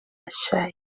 الشاي